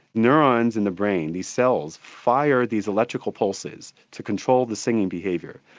neurons in the brain, these cells, fire these electrical pulses to control the singing behaviour.